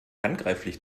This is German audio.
handgreiflich